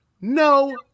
no